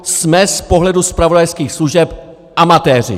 Jsme z pohledu zpravodajských služeb amatéři!